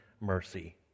mercy